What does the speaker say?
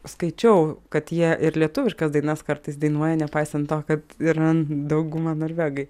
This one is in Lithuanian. skaičiau kad jie ir lietuviškas dainas kartais dainuoja nepaisant to kad yra dauguma norvegai